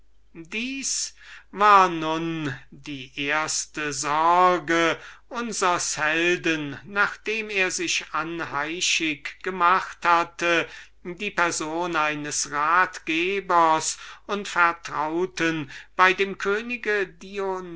dieses war also die erste sorge unsers helden nachdem er sich anheischig gemacht hatte die person eines ratgebers und vertrauten bei dem könige